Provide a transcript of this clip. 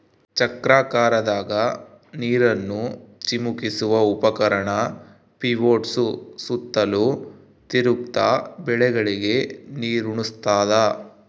ಚಕ್ರಾಕಾರದಾಗ ನೀರನ್ನು ಚಿಮುಕಿಸುವ ಉಪಕರಣ ಪಿವೋಟ್ಸು ಸುತ್ತಲೂ ತಿರುಗ್ತ ಬೆಳೆಗಳಿಗೆ ನೀರುಣಸ್ತಾದ